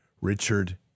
Richard